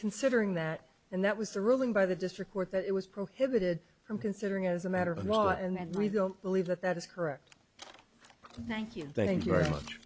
considering that and that was the ruling by the district court that it was prohibited from considering it as a matter of law and really don't believe that that is correct thank you thank you very much